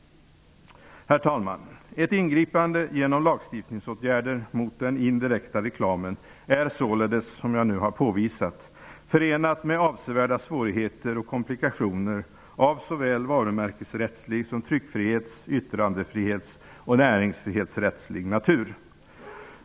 Herr talman! Ett ingripande genom lagstiftningsåtgärder mot den indirekta reklamen är således, som jag nu har påvisat, förenat med avsevärda svårigheter och komplikationer av såväl varumärkesrättslig som tryckfrihets-, yttrandefrihets och näringsfrihetsrättslig natur.